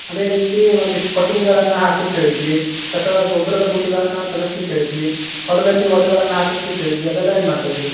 ಅದೇ ರೀತೀ ಒಂದಿಷ್ಟು ಕೊಟ್ಟಿಗೆಗಳನ್ನು ಹಾಕ್ಲಿಕ್ಕೆ ಹೇಳಿದ್ವಿ ಕಸದ ಗೊಬ್ಬರದ ಗುಂಡಿಗಳನ್ನು ತೆಗೆಸ್ಲಿಕ್ ಹೇಳಿದ್ವಿ ಹೊಲದಲ್ಲಿ ಒಡ್ಡುಗನುನ್ನ ಹಾಕಿಸ್ಲಿಕ್ ಹೇಳಿದ್ವಿ ಅದೆಲ್ಲ ಏನು ಮಾಡ್ತಾ ಇದ್ದಿರಿ